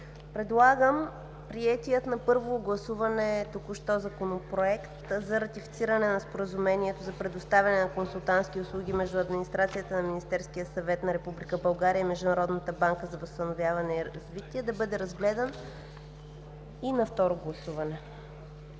предлагам приетият на първо гласуване току-що Законопроект за ратифициране на Споразумението за предоставяне на консултантски услуги между администрацията на Министерския съвет на Република България и Международната банка за възстановяване и развитие да бъде разгледан и на второ гласуване.